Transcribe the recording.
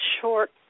short